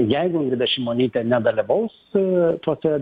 jeigu ingrida šimonytė nedalyvaus su tuo tuo